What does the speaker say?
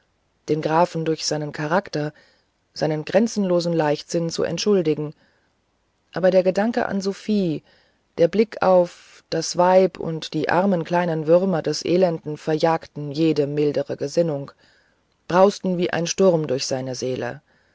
den grafen durch seinen charakter seinen grenzenlosen leichtsinn zu entschuldigen aber der gedanke an sophie der blick auf das weib und die armen kleinen würmer des elenden verjagten jede mildernde gesinnung brausten wie ein sturm durch seine seele